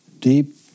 deep